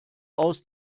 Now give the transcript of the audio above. aus